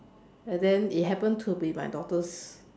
and then it happened to be my daughter's